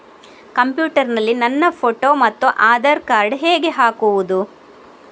Computer ನಲ್ಲಿ ನನ್ನ photo ಮತ್ತು ಆಧಾರ್ ಕಾರ್ಡ್ ಹೇಗೆ ಹಾಕುವುದು?